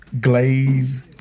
glaze